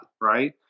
right